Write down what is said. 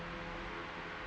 correct